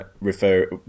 refer